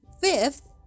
fifth